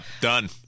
done